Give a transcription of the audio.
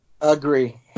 Agree